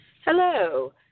Hello